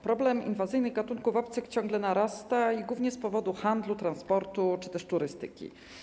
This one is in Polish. Problem inwazyjnych gatunków obcych ciągle narasta głównie z powodu handlu, transportu czy też turystyki.